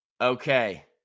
Okay